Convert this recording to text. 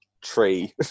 tree